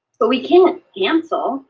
but we can't cancel.